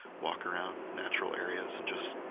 walk around natural areas, and just